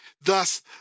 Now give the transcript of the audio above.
Thus